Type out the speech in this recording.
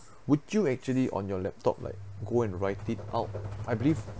would you actually on your laptop like go and write it out I believe